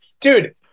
dude